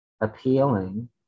appealing